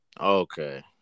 Okay